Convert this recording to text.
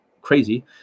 crazy